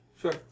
Sure